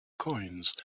coins